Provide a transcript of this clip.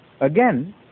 again